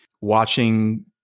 watching